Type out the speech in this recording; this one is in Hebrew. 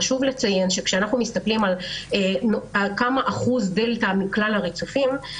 חשוב לציין שכאשר אנחנו שואלים כמה אחוז דלתא יש מכלל הריצופים,